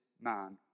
man